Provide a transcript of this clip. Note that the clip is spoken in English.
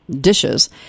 dishes